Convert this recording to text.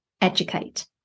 educate